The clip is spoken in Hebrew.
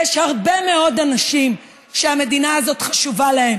יש הרבה מאוד אנשים שהמדינה הזאת חשובה להם.